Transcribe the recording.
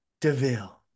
DeVille